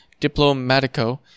Diplomatico